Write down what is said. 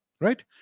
right